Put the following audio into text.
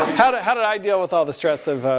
how do, how do i deal with all the stress of,